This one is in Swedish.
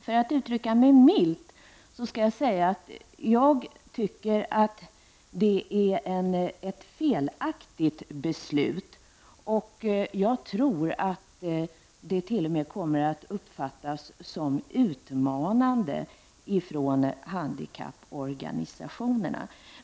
För att uttrycka mig milt skall jag säga att jag tycker att det är ett felaktigt beslut, och jag tror att det t.o.m. kommer att uppfattas som utmanande av handikapporganisationerna.